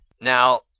Now